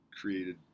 created